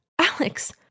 Alex